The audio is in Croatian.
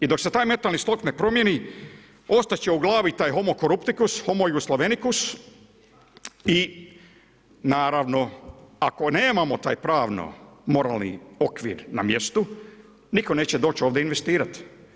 I dok se taj mentalni sklop ne promijeni ostat će u glavi taj homo koruptikus, homo jugoslavenikus i naravno ako nemamo taj pravno moralni okvir na mjestu, nitko neće doći ovdje investirat.